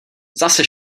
zase